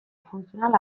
funtzional